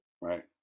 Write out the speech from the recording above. right